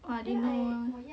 !wah! don't know